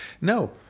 No